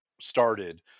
started